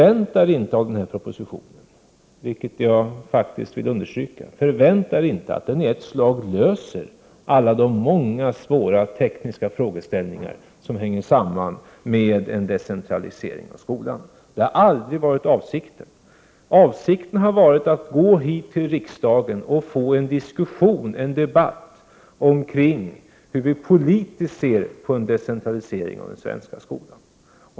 Jag vill understryka att ni inte skall förvänta er att den här propositionen i ett slag löser alla de många svåra tekniska frågeställningar som hänger samman med en decentralisering av skolan. Det har aldrig varit avsikten. Avsikten har varit att här i riksdagen få till stånd en diskussion, en debatt, kring hur vi ser politiskt på en decentralisering av den svenska skolan.